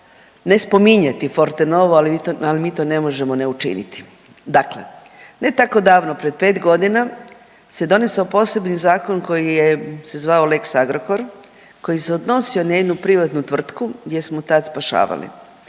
ne spominjati Forte novu ali mi to ne možemo ne učiniti. Dakle, ne tako davno pred 5 godina se donesao posebni zakon koji se zvao lex Agrokor, koji se odnosio na jednu privatnu tvrtku gdje smo tad spašavali.